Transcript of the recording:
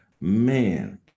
man